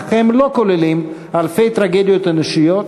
אך הם לא כוללים אלפי טרגדיות אנושיות,